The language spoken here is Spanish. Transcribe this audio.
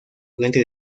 frente